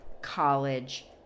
college